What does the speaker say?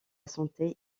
santé